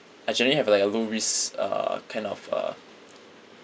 actually I have like a low risk uh kind of a